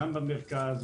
גם במרכז,